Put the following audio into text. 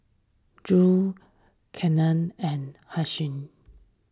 Drew Kylene and Hershell